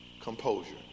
composure